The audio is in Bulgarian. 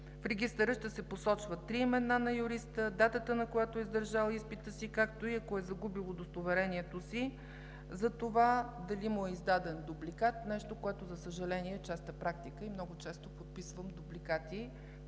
В Регистъра ще се посочват три имена на юриста, датата, на която е издържал изпита си, както и ако е загубил удостоверението си за това, дали му е издаден дубликат – нещо, което, за съжаление, е честа практика и много често подписвам дубликати,